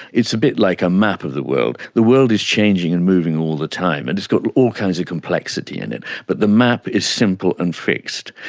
it's a bit like a map of the world. the world is changing and moving all the time and it's got all kinds of complexity in it. but the map is simple and fixed,